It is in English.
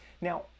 Now